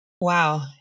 Wow